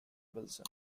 wilson